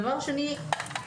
דבר שני,